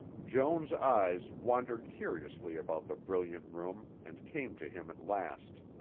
joan's eyes wandered curiously about the brilliant room and came to him at last.